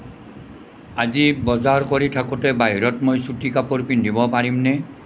আজি বজাৰ কৰি থাকোঁতে বাহিৰত মই চুটি কাপোৰ পিন্ধিব পাৰিমনে